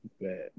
Bad